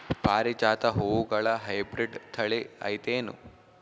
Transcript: ಪಾರಿಜಾತ ಹೂವುಗಳ ಹೈಬ್ರಿಡ್ ಥಳಿ ಐತೇನು?